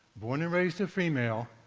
born and raised a female,